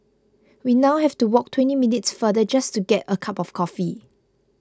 we now have to walk twenty minutes farther just to get a cup of coffee